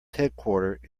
headquarter